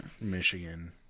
michigan